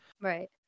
Right